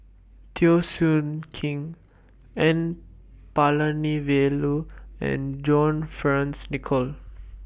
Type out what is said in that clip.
Teo Soon Kim N Palanivelu and John Fearns Nicoll